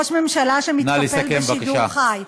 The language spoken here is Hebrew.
ראש ממשלה שמתקפל בשידור חי.